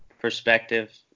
perspective